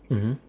mmhmm